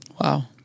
Wow